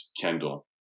Kendall